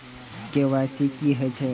KYC की हे छे?